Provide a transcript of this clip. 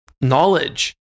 knowledge